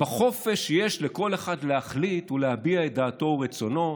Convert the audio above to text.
בחופש שיש לכל אחד להחליט ולהביע את דעתו ורצונו,